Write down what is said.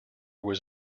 was